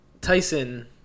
Tyson